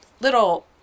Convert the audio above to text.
little